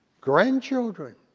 grandchildren